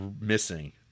missing